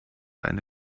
eine